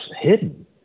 hidden